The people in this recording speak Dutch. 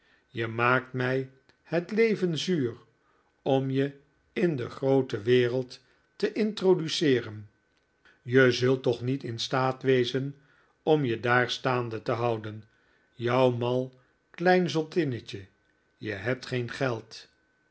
je maakt mij het leven zuur om je in de groote wereld te introduceeren je zult toch niet in staat wezen om je daar staande te houden jouw mal klein zottinnetje je hebt geen geld